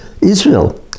israel